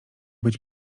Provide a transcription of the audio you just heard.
być